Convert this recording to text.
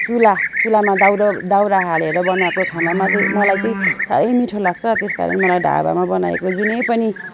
चुल्हा चुल्हामा दाउरो दाउरा हालेर बनाएको खानामा चाहिँ मलाई चाहिँ साह्रै मिठो लाग्छ त्यस कारण मलाई ढाबामा बनाएको जुनै पनि